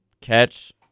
catch